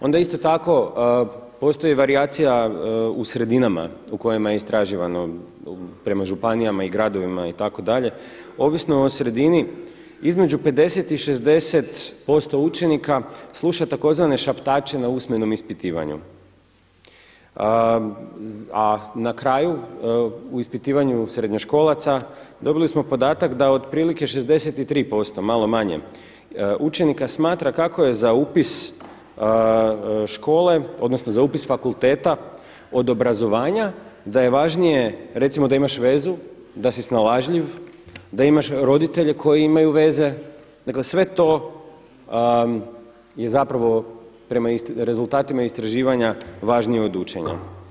Onda isto tako postoji varijacija u sredinama u kojima je istraživano prema županijama, gradovima itd. ovisno o sredini, između 50 i 60% učenika sluša tzv. šaptače na usmenom ispitivanju, a na kraju u ispitivanju srednjoškolaca dobili smo podatak da otprilike 63% malo manje učenika smatra kako je za upis škole odnosno za upis fakulteta od obrazovanja da je važnije recimo da imaš vezu, da si snalažljiv, da imaš roditelje koji imaju veze, dakle sve to je prema rezultatima istraživanja važnije od učenja.